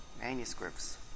manuscripts